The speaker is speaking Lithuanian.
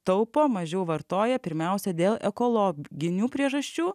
taupo mažiau vartoja pirmiausia dėl ekologinių priežasčių